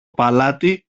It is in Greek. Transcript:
παλάτι